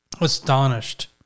astonished